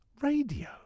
radio